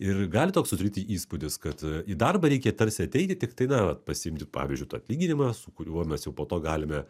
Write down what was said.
ir gali toks sudaryti įspūdis kad į darbą reikia tarsi ateiti tiktai na vat pasiimti pavyzdžiui tą atlyginimą su kuriuo mes jau po to galime